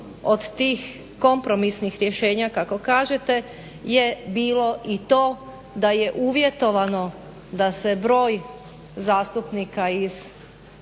od tih kompromisnih rješenja kako kažete je bio i to da je uvjetovano da se broj zastupnika iz